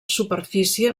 superfície